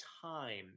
time